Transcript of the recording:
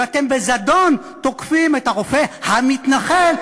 ואתם בזדון תוקפים את הרופא ה"מתנחל"